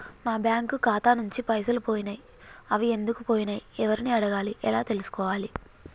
నా బ్యాంకు ఖాతా నుంచి పైసలు పోయినయ్ అవి ఎందుకు పోయినయ్ ఎవరిని అడగాలి ఎలా తెలుసుకోవాలి?